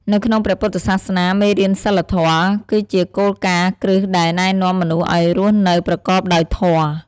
នៅក្នុងព្រះពុទ្ធសាសនា មេរៀនសីលធម៌ គឺជាគោលការណ៍គ្រឹះដែលណែនាំមនុស្សឱ្យរស់នៅប្រកបដោយធម៌។